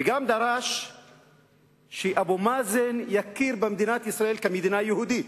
וגם דרש שאבו מאזן יכיר במדינת ישראל כמדינה יהודית,